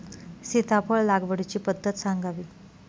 सीताफळ लागवडीची पद्धत सांगावी?